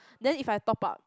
then if I top up